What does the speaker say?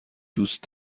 دوست